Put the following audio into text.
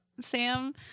Sam